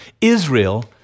Israel